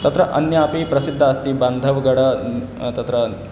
तत्र अन्यापि प्रसिद्धा अस्ति बान्धव् गड तत्र